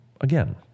again